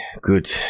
good